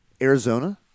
Arizona